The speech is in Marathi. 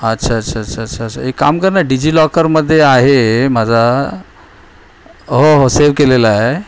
अच्छा अच्छा अच्छा अच्छा अच्छा एक काम कर ना डीजीलॉकरमध्ये आहे माझा हो हो सेव केलेला आहे